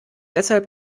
deshalb